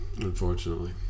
unfortunately